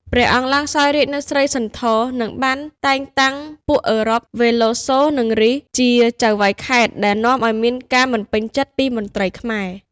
ព្រះអង្គឡើងសោយរាជ្យនៅស្រីសន្ធរ និងបានតែងតាំងពួកអឺរ៉ុប វេឡូសូ និងរីស ជាចៅហ្វាយខេត្ត ដែលនាំឱ្យមានការមិនពេញចិត្តពីមន្ត្រីខ្មែរ។